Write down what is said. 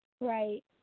Right